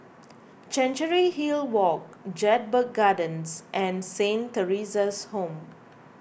Chancery Hill Walk Jedburgh Gardens and Saint theresa's Home